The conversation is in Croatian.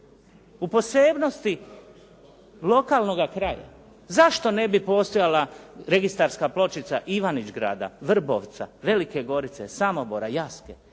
u posebnosti lokalnoga kraja. Zašto ne bi postojala registarska pločica Ivanić-Grada, Vrbovca, Velike Gorice, Samobora, Jaske.